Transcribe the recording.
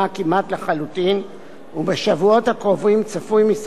ובשבועות הקרובים צפוי משרד הפנים לפרסם את התזכיר.